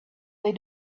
they